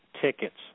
tickets